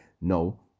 No